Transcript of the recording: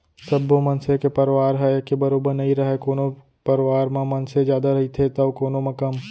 सब्बो मनसे के परवार ह एके बरोबर नइ रहय कोनो परवार म मनसे जादा रहिथे तौ कोनो म कम